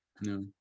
no